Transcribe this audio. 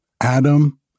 Adam